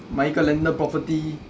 买一个 landed property